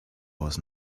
was